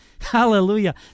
Hallelujah